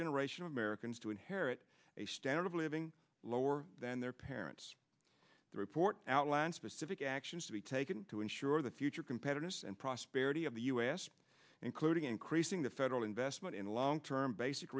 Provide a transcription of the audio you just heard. generation americans to inherit a standard of living lower than their parents the report outlines specific actions to be taken to ensure the future competitors and prosperity of the u s including increasing the federal investment in the long term basic